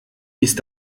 ist